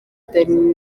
danny